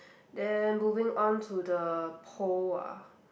then moving onto the pole ah